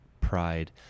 pride